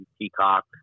Peacock